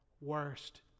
worst